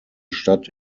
stadt